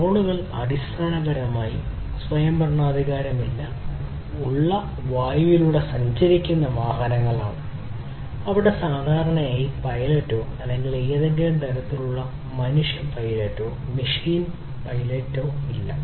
ഡ്രോണുകൾ അടിസ്ഥാനപരമായി സ്വയംഭരണാധികാരമുള്ള വായുവിലൂടെ സഞ്ചരിക്കുന്ന വാഹനങ്ങളാണ് അവിടെ സാധാരണയായി പൈലറ്റോ അല്ലെങ്കിൽ ഏതെങ്കിലും തരത്തിലുള്ള മനുഷ്യ പൈലറ്റോ മെഷീൻ പൈലറ്റോ ഇല്ല